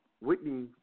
Whitney